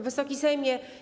Wysoki Sejmie!